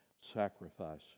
sacrifice